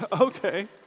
Okay